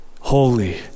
holy